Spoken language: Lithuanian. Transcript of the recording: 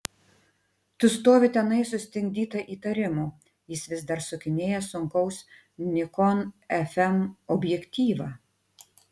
tu stovi tenai sustingdyta įtarimų jis vis dar sukinėja sunkaus nikon fm objektyvą